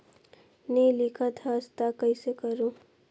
नी लिखत हस ता कइसे करू?